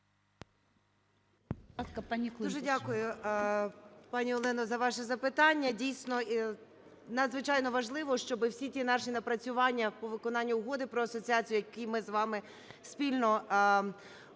Дуже дякую, пані Олено, за ваше запитання. Дійсно, і надзвичайно важливо, щоби всі ті наші напрацювання по виконанню Угоди про асоціацію, які ми з вами спільно відпрацьовували